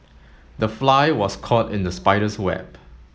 the fly was caught in the spider's web